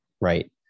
Right